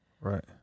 Right